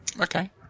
Okay